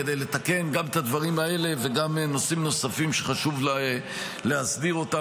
כדי לתקן גם את הדברים האלה וגם נושאים נוספים שחשוב להסדיר אותם,